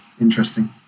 interesting